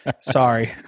Sorry